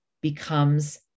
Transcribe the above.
becomes